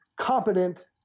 competent